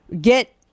get